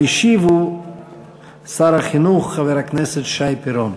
המשיב הוא שר החינוך חבר הכנסת שי פירון.